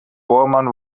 bohrmann